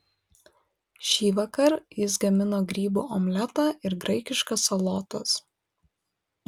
šįvakar jis gamino grybų omletą ir graikiškas salotas